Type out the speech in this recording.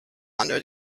under